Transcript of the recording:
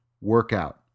workout